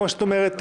כמו שאת אומרת,